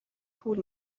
پول